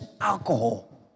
alcohol